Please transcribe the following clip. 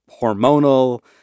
hormonal